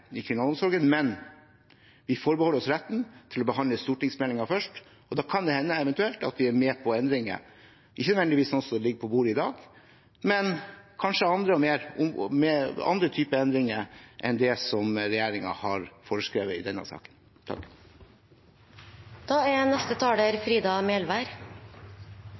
men vi forbeholder oss retten til å behandle stortingsmeldingen først, og da kan det hende, eventuelt, at vi er med på endringer, ikke nødvendigvis sånn som det ligger på bordet i dag, men kanskje andre typer endringer enn dem som regjeringen har foreskrevet i denne saken.